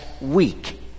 week